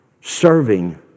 serving